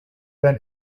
than